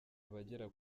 abagera